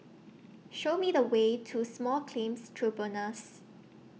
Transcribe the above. Show Me The Way to Small Claims Tribunals